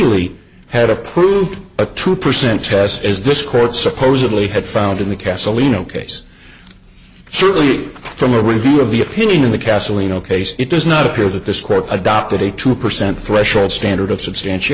really had approved a two percent test as this court supposedly had found in the castle lino case truly from a review of the opinion in the castle ino case it does not appear that this court adopted a two percent threshold standard of substantial